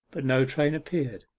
but no train appeared.